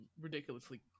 ridiculously